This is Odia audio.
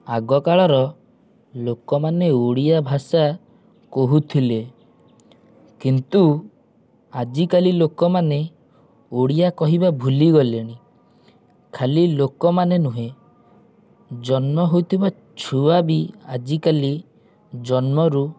ଆଗ କାଳର ଲୋକମାନେ ଓଡ଼ିଆ ଭାଷା କହୁଥିଲେ କିନ୍ତୁ ଆଜିକାଲି ଲୋକମାନେ ଓଡ଼ିଆ କହିବା ଭୁଲି ଗଲେଣି ଖାଲି ଲୋକମାନେ ନୁହେଁ ଜନ୍ମ ହୋଉଥିବା ଛୁଆ ବି ଆଜିକାଲି ଜନ୍ମରୁ